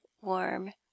warm